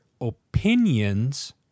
opinions